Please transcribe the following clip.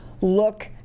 look